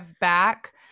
back